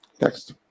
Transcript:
next